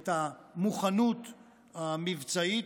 ואת המוכנות המבצעית,